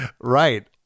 Right